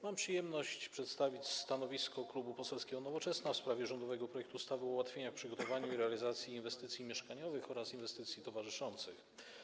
Mam przyjemność przedstawić stanowisko Klubu Poselskiego Nowoczesna w sprawie rządowego projektu ustawy o ułatwieniach w przygotowaniu i realizacji inwestycji mieszkaniowych oraz inwestycji towarzyszących.